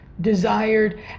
desired